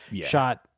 shot